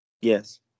Yes